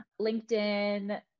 LinkedIn